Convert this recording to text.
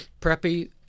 preppy